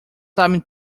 sabem